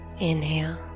inhale